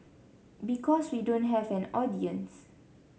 because we don't have an audience